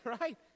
right